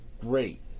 great